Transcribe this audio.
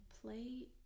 play